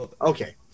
Okay